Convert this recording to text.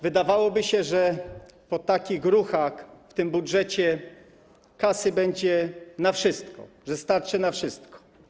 Wydawałoby się, że po takich ruchach w tym budżecie kasa będzie na wszystko, że starczy na wszystko.